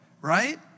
Right